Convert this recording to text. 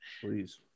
Please